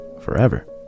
forever